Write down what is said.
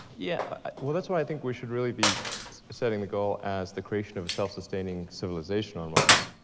yeah well, that's why i think we should really be setting the goal as the creation of a self-sustaining civilization on mars,